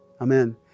Amen